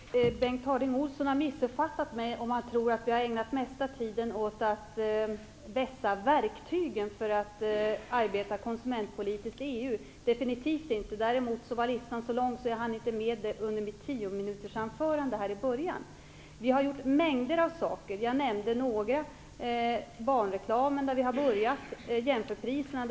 Fru talman! Bengt Harding Olson har missuppfattat mig om han tror att vi har ägnat mesta tiden åt att vässa verktygen för att arbeta konsumentpolitiskt i EU. Det har vi definitivt inte gjort. Däremot var listan så lång att jag inte hann med den under mitt tiominutersanförande i början. Vi har gjort mängder av saker. Jag nämnde några. Vi har börjat med barnreklamen. Vi har vunnit vad gäller jämförpriserna.